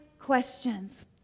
questions